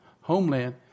homeland